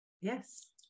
yes